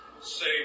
Say